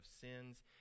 sins